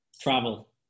Travel